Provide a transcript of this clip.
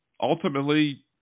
ultimately